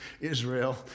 Israel